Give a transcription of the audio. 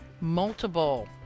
multiple